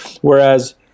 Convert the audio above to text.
whereas